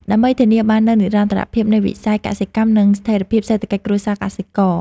ដើម្បីធានាបាននូវនិរន្តរភាពនៃវិស័យកសិកម្ម និងស្ថិរភាពសេដ្ឋកិច្ចគ្រួសារកសិករ។